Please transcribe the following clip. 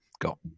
go